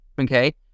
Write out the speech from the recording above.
Okay